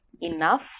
enough